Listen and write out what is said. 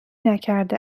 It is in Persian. نکرده